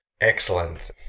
excellent